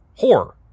horror